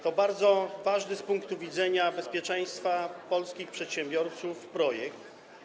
To bardzo ważny z punktu widzenia bezpieczeństwa polskich przedsiębiorców projekt.